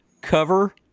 cover